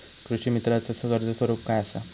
कृषीमित्राच कर्ज स्वरूप काय असा?